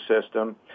system